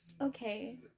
Okay